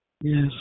Yes